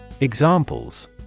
Examples